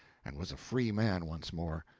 and was a free man once more.